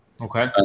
Okay